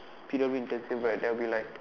P_W intensive right there will be like